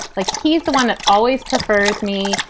like he's the one that always prefers me.